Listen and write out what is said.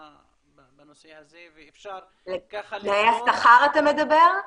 בנושא הזה ואפשר ככה ל --- תנאי השכר אתה מדבר?